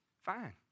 fine